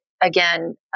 again